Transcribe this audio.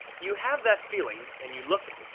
you have that feeling and you look it.